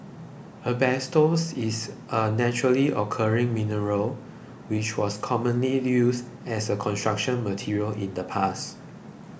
asbestos is a naturally occurring mineral which was commonly used as a Construction Material in the past